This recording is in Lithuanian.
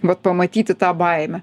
vat pamatyti tą baimę